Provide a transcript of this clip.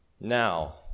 Now